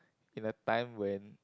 in a time when